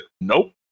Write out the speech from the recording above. nope